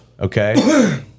okay